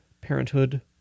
parenthood